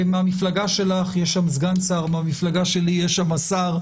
מהמפלגה שלך יש שם סגן שר, מהמפלגה שלי יש שם שר,